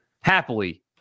Happily